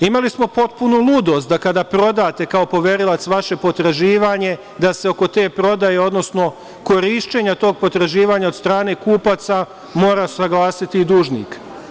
Imali smo potpunu ludost da kada prodate, kao poverilac vaše potraživanje, da se oko te prodaje, odnosno korišćenja tog potraživanja od strane kupaca mora saglasiti dužnik.